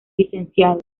lic